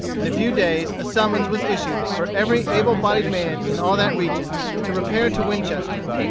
in a few days a summons was issued for every able-bodied man in all that region to repair to winchester,